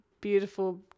beautiful